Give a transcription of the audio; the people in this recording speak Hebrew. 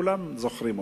כולנו זוכרים אותה.